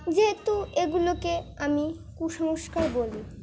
যেহেতু এগুলোকে আমি কুসংস্কার বলি